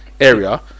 Area